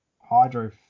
Hydro